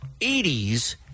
80s